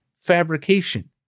fabrication